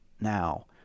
now